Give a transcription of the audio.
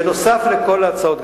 נוסף על כל ההצעות,